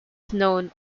known